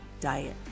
Diet